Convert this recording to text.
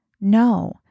no